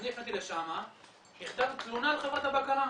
אני הפניתי לשם מכתב תלונה על חברת הבקרה,